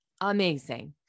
amazing